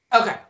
okay